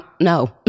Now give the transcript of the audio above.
No